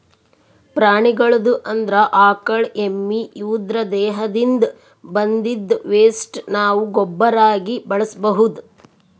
ಪ್ರಾಣಿಗಳ್ದು ಅಂದ್ರ ಆಕಳ್ ಎಮ್ಮಿ ಇವುದ್ರ್ ದೇಹದಿಂದ್ ಬಂದಿದ್ದ್ ವೆಸ್ಟ್ ನಾವ್ ಗೊಬ್ಬರಾಗಿ ಬಳಸ್ಬಹುದ್